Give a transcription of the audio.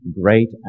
great